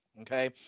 okay